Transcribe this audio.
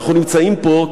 אנחנו נמצאים פה,